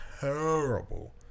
terrible